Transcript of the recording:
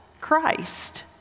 Christ